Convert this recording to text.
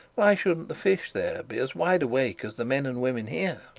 why shouldn't the fish there be as wide awake as the men and women here